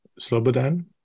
Slobodan